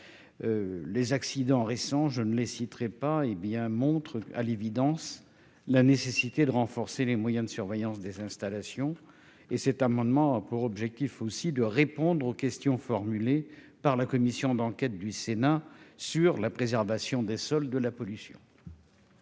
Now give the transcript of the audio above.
Les accidents récents, que je ne citerai pas, montrent à l'évidence la nécessité de renforcer les moyens de surveillance des installations. Cet amendement a pour ambition de répondre aux questions formulées par la commission d'enquête du Sénat sur la préservation des sols de la pollution.